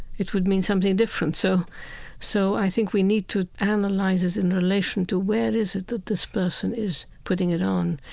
it would mean something different. so so i think we need to analyze it in relation to where is it that this person is putting it on?